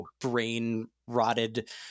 brain-rotted